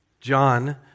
John